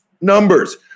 numbers